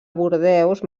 bordeus